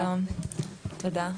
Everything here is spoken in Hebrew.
שלום ותודה.